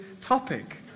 topic